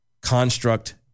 construct